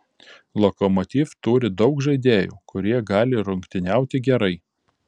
lokomotiv turi daug žaidėjų kurie gali rungtyniauti gerai